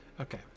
Okay